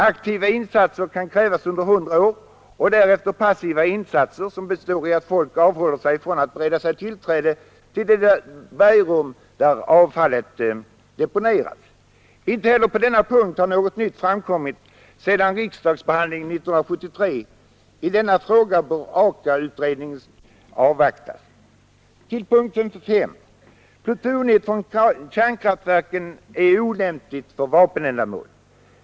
Aktiva insatser kan krävas under 100 år och därefter passiva insatser, som består i att folk avhåller sig t.ex. från att bereda sig tillträde till det bergrum där avfallet deponerats. Inte heller på denna punkt har något nytt framkommit sedan riksdagsbehandlingen 1973. I denna fråga bör AKA-utredningen avvaktas. 5. Plutoniet från kärnkraftverken är olämpligt för vapenändamål.